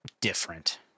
different